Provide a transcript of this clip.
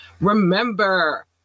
Remember